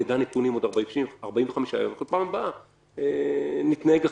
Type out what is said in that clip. נדע נתונים עוד 45 יום ובפעם הבאה נתנהג אחרת.